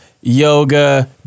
Yoga